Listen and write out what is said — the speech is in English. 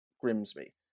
Grimsby